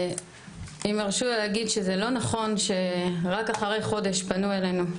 אם הרשו להגיד שזה לא נכון שרק אחרי חודש פנו אלינו,